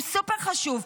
הוא סופר-חשוב,